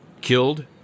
killed